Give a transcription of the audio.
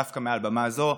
דווקא מעל במה זו,